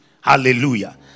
Hallelujah